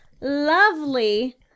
lovely